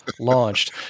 launched